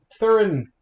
Thurin